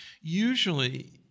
Usually